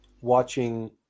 watching